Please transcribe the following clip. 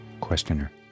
Questioner